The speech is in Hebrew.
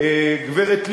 "גברת לבני",